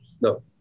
no